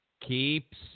Keeps